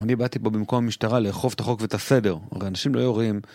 אני באתי פה במקום משטרה לחוף את החוק ואת הסדר, ואנשים לא יורים